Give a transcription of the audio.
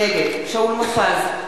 נגד שאול מופז,